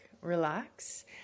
relax